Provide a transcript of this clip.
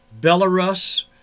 Belarus